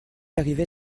arrivée